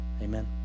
Amen